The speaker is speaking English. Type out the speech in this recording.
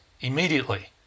immediately